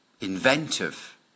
inventive